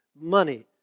money